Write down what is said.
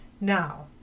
Now